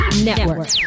Network